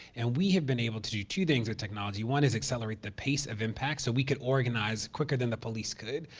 and we have been able to do two things with technology one is accelerate the pace of impact. so, we could organize quicker than the police could.